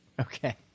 Okay